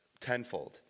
tenfold